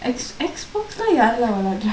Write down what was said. X X box யாரு:yaaru lah விளையாடுரா:vilayaaduraa